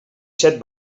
set